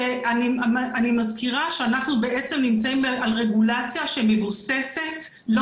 אני מזכירה שאנחנו נמצאים על רגולציה שהיא לא מבוססת